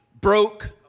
broke